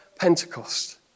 Pentecost